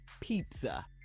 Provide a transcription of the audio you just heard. pizza